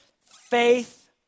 faith